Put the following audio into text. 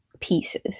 pieces